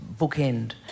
bookend